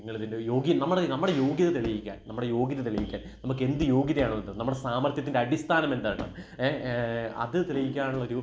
നിങ്ങളതിൻ്റെ യോഗ്യൻ നമ്മുടെ നമ്മുടെ യോഗ്യത തെളിയിക്കാൻ നമ്മുടെ യോഗ്യത തെളിയിക്കാൻ നമുക്കെന്ത് യോഗ്യതയാണ് നമ്മുടെ സാമർഥ്യത്തിൻ്റെ അടിസ്ഥാനം എന്താണ് എ അത് തെളിയിക്കാനുള്ളൊരു